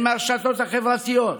מהרשתות החברתיות